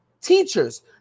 teachers